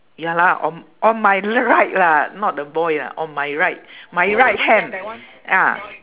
ya lah on on my l~ right lah not the boy ah on my right my right hand ah